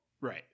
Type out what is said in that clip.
right